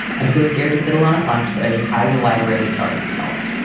i'm so scared to sit alone at lunch that i just hide in the library and start myself.